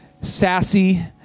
sassy